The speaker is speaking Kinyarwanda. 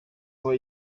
aho